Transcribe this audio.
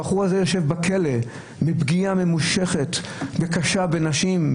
הבחור הזה יושב בכלא בגלל פגיעה ממושכת וקשה בנשים,